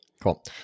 Cool